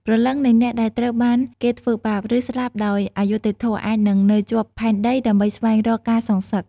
ព្រលឹងនៃអ្នកដែលត្រូវបានគេធ្វើបាប ឬស្លាប់ដោយអយុត្តិធម៌ អាចនឹងនៅជាប់ផែនដីដើម្បីស្វែងរកការសងសឹក។